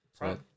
right